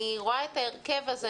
אני רואה את הרכב הח"כים פה,